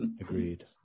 Agreed